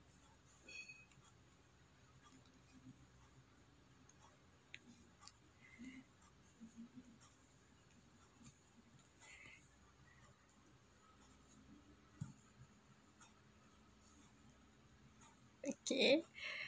okay